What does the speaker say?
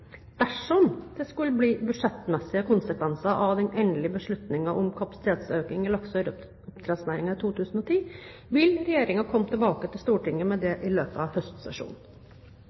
Dersom det skulle bli budsjettmessige konsekvenser av den endelige beslutningen om kapasitetsøkning i lakse- og ørretoppdrettsnæringen i 2010, vil regjeringen komme tilbake til Stortinget med det i løpet av høstsesjonen.